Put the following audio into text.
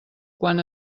quan